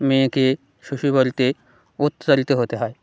মেয়েকে শ্বশুরবাড়িতে অত্যাচারিত হতে হয়